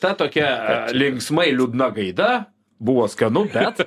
ta tokia linksmai liūdna gaida buvo skanu bet